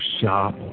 shop